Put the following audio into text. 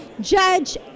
judge